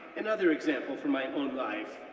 another example from my own life,